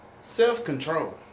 self-control